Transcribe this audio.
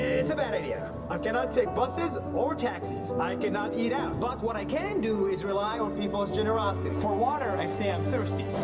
it's a bad idea! i cannot take buses or taxis! i cannot eat out! but what i can do is rely on people's generosity. for water, and i say, i'm thirsty.